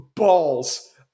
balls